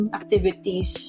activities